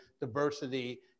diversity